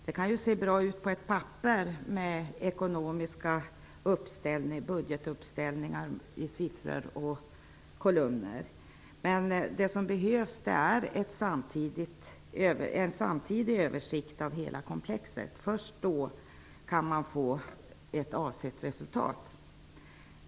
Det kan se bra ut på papperet med budgetuppställningar i siffror och kolumner. Vad som behövs är en samtidig översikt över hela komplexet. Först då kan man få ett avsett resultat.